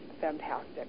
fantastic